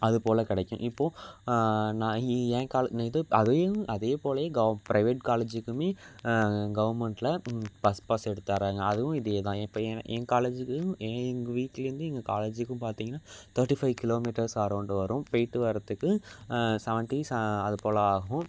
அதுபோல் கிடைக்கும் இப்போது நான் இ இ என் காலை நு இது அதையும் அதே போலேவே கவ் ப்ரைவேட் காலேஜுக்குமே கவர்மெண்ட்டில் பஸ் பாஸ் எடுத்து தர்றாங்க அதுவும் இதே தான் இப்போ என் என் காலேஜுக்கும் என் எங்கள் வீட்லேருந்து எங்கள் காலேஜுக்கும் பார்த்தீங்கன்னா தேர்ட்டி ஃபைவ் கிலோமீட்டர்ஸ் அரௌண்டு வரும் போய்கிட்டு வர்றத்துக்கு செவன்ட்டி செ அதுபோல் ஆகும்